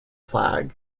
flag